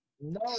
no